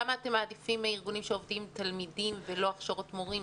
למה אתם מעדיפים ארגונים שעובדים עם תלמידים ולא הכשרות מורים?